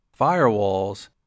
firewalls